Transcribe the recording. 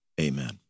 amen